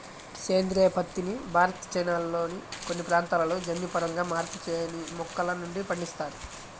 సేంద్రీయ పత్తిని భారత్, చైనాల్లోని కొన్ని ప్రాంతాలలో జన్యుపరంగా మార్పు చేయని మొక్కల నుండి పండిస్తారు